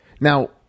Now